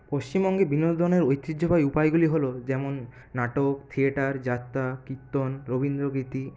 পশ্চিমবঙ্গে বিনোদনের ঐতিহ্যবাহী উপায়গুলি হল যেমন নাটক থিয়েটার যাত্রা কীর্তন রবীন্দ্রগীতি